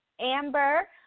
Amber